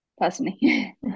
personally